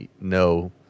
no